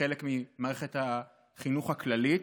כחלק ממערכת החינוך הכללית,